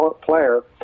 player